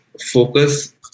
focus